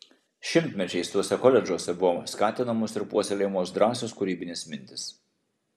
šimtmečiais tuose koledžuose buvo skatinamos ir puoselėjamos drąsios kūrybinės mintys